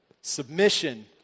Submission